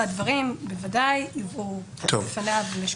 והדברים יובאו בפניו.